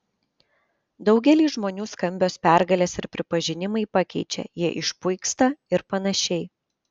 daugelį žmonių skambios pergalės ir pripažinimai pakeičia jie išpuiksta ir panašiai